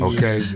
Okay